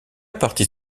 partie